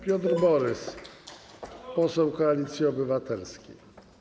Piotr Borys, poseł Koalicji Obywatelskiej.